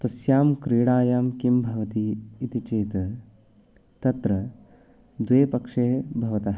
तस्यां क्रीडायां किं भवति इति चेत् तत्र द्वे पक्षे भवतः